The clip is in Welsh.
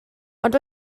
ond